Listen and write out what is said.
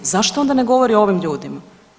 Zašto onda ne govori o ovim ljudima?